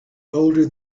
older